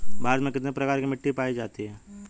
भारत में कितने प्रकार की मिट्टी पाई जाती हैं?